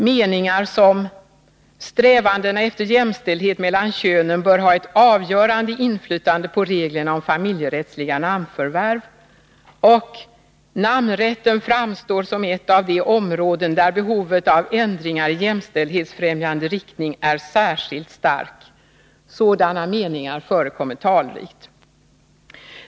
Meningar som ”strävandena efter jämställdhet mellan könen bör ha ett avgörande inflytande på reglerna om familjerättsliga namnförvärv” och ”namnrätten framstår som ett av de områden där behovet av ändringar i jämställdhetsfrämjande riktning är särskilt starkt” förekommer talrikt.